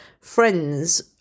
friends